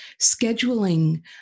scheduling